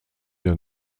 der